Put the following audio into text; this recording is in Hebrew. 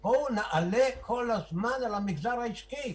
של "בואו נעלה כל הזמן על המגזר העסקי".